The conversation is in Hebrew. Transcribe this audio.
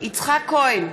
יצחק כהן,